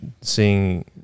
seeing